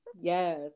Yes